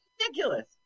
ridiculous